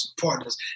partners